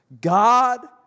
God